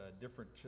different